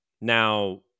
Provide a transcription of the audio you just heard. now